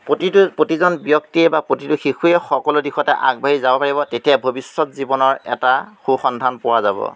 প্ৰতিটো প্ৰতিজন ব্যক্তিয়ে বা প্ৰতিটো শিশুৱে সকলো দিশতে আগবাঢ়ি যাব পাৰিব তেতিয়া ভৱিষ্যত জীৱনৰ এটা সুসন্ধান পোৱা যাব